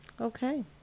Okay